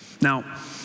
Now